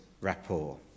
rapport